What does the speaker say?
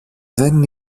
δεν